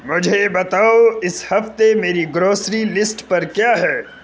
مجھے بتاؤ اس ہفتے میری گروسری لسٹ پر کیا ہے